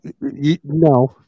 No